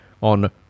on